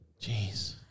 Jeez